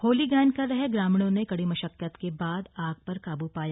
होली गायन कर रहे ग्रामीणों ने कड़ी मशक्कत के बाद आग पर काबू पाया